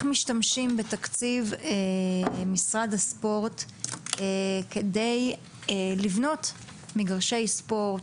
משתמשים בתקציב משרד הספורט כדי לבנות מגרשי ספורט,